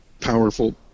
powerful